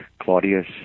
Claudius